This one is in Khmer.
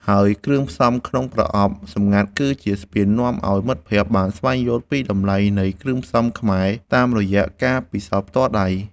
ហើយគ្រឿងផ្សំក្នុងប្រអប់សម្ងាត់គឺជាស្ពាននាំឱ្យមិត្តភក្តិបានស្វែងយល់ពីតម្លៃនៃគ្រឿងផ្សំខ្មែរតាមរយៈការពិសោធន៍ផ្ទាល់ដៃ។